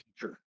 teacher